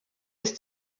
ist